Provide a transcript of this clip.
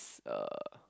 uh